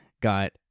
got